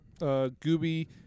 Gooby